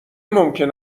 ممکن